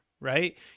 Right